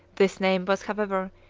this name was, however,